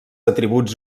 atributs